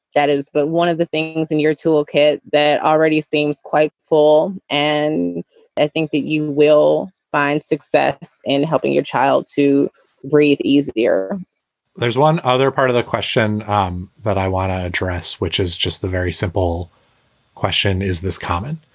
that is but one of the things in your toolkit that already seems quite full. and i think that you will find success in helping your child to breathe easier there's one other part of the question um that i want to address, which is just the very simple question. is this common?